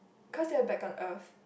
cause they will back on earth